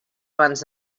abans